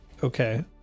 Okay